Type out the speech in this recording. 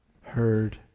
heard